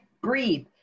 breathe